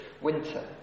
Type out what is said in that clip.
winter